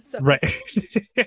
right